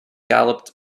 galloped